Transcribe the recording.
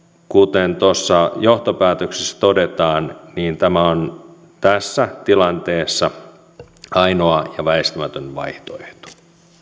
kuten tuossa johtopäätöksessä todetaan niin tämä on tässä tilanteessa ainoa ja väistämätön vaihtoehto